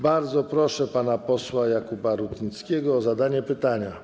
Bardzo proszę pana posła Jakuba Rutnickiego o zadanie pytania.